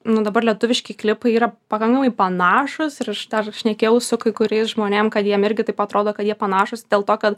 nu dabar lietuviški klipai yra pakankamai panašūs ir aš dar šnekėjau su kai kuriais žmonėm kad jiem irgi taip atrodo kad jie panašūs dėl to kad